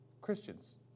Christians